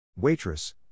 Waitress